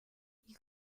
you